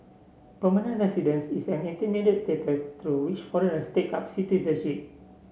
permanent residence is an intermediate status through which foreigners take up citizenship